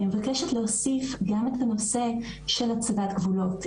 אני מבקשת להוסיף גם את הנושא של הצבת גבולות.